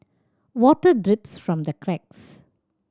water drips from the cracks